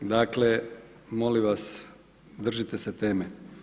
Dakle, molim vas držite se teme.